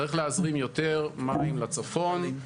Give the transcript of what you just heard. צריך להזרים יותר מים לצפון,